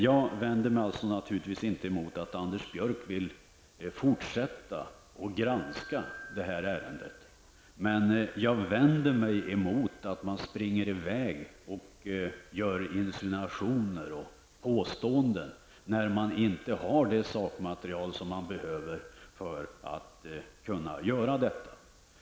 Jag vänder mig inte emot att Anders Björck vill fortsätta att granska detta ärende, men jag vänder mig mot att man springer i väg och gör insinuationer och påståenden när man inte har det sakmaterial som man behöver för att kunna göra detta.